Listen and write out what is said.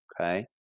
Okay